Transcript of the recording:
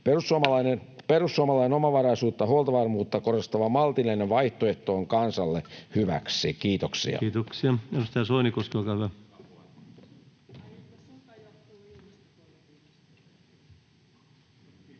Perussuomalainen omavaraisuutta ja huoltovarmuutta korostava maltillinen vaihtoehto on kansalle hyväksi. — Kiitoksia. [Satu Hassi: Ai että sota